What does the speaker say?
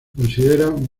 consideran